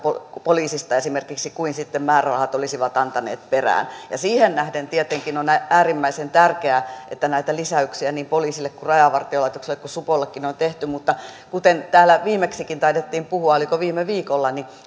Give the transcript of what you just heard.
poliisista kuin sitten määrärahat olisivat antaneet perään ja siihen nähden tietenkin on äärimmäisen tärkeää että näitä lisäyksiä niin poliisille rajavartiolaitokselle kuin supollekin on tehty mutta kuten täällä viimeksikin taidettiin puhua oliko viime viikolla niin